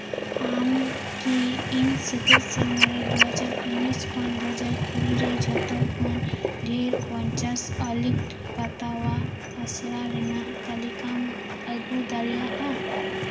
ᱟᱢ ᱠᱤ ᱤᱧ ᱥᱮᱪᱮᱫ ᱥᱮᱨᱢᱟ ᱨᱮ ᱫᱩ ᱦᱟᱡᱟᱨ ᱩᱱᱤᱥ ᱠᱷᱚᱱ ᱫᱩ ᱦᱟᱡᱟᱨ ᱠᱩᱲᱤᱨᱮ ᱡᱷᱚᱛᱚ ᱠᱷᱚᱱ ᱰᱷᱮᱨ ᱯᱚᱧᱪᱟᱥ ᱳᱣᱟᱞᱤᱴ ᱯᱟᱛᱟᱣ ᱟᱜ ᱟᱥᱲᱟ ᱨᱮᱭᱟᱜ ᱛᱟᱹᱞᱤᱠᱟᱢ ᱟᱹᱜᱩ ᱫᱟᱲᱮᱭᱟᱜᱼᱟ